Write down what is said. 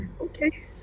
okay